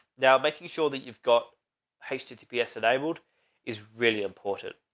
now? making sure that you've got hasted tps enabled is really important.